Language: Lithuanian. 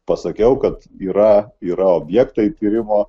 pasakiau kad yra yra objektai tyrimo